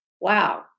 Wow